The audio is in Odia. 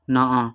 ନଅ